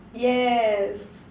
yes